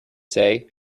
say